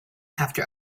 after